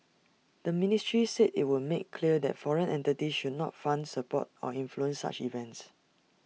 the ministry said IT would make clear that foreign entities should not fund support or influence such events